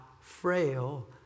frail